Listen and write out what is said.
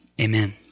Amen